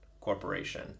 corporation